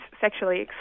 sexually